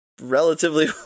relatively